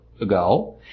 ago